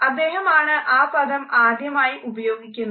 അദ്ദേഹമാണ് ആ പദം ആദ്യമായി ഉപയോഗിക്കുന്നത്